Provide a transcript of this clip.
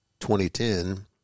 2010